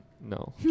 No